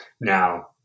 Now